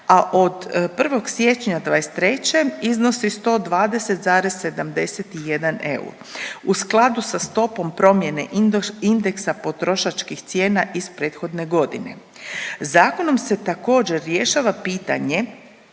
a od 1. siječnja '23. iznosi 120,71 euro u skladu sa stopom promjene indeksa potrošačkih cijena iz prethodne godine. Zakonom se također rješava pitanje